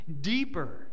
deeper